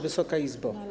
Wysoka Izbo!